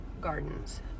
gardens